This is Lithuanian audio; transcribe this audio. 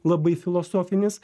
labai filosofinis